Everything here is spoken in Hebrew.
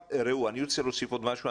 רוצה להוסיף עוד משהו.